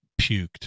puked